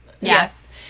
Yes